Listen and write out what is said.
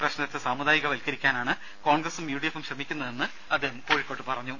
പ്രശ്നത്തെ സാമുദായികവൽക്കരിക്കാനാണ് കോൺഗ്രസും യുഡിഎഫും ശ്രമിക്കുന്നതെന്ന് അദ്ദേഹം കോഴിക്കോട്ട് ആരോപിച്ചു